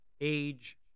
age